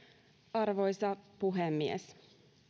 arvoisa puhemies